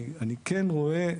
אני כן רואה שיחה.